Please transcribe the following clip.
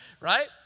right